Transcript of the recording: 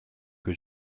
que